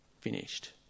finished